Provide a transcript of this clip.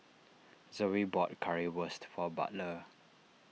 Zoey bought Currywurst for Butler